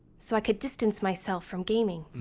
so i could distance myself from gaming.